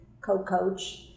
co-coach